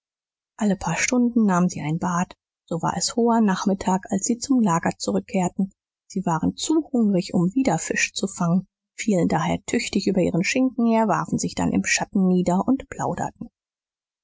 alle paar stunden nahmen sie ein bad so war es hoher nachmittag als sie zum lager zurückkehrten sie waren zu hungrig um wieder fische zu fangen fielen daher tüchtig über ihren schinken her warfen sich dann im schatten nieder und plauderten